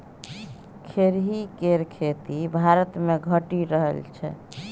खेरही केर खेती भारतमे घटि रहल छै